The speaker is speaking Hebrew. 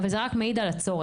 אבל זה רק מעיד על הצורך.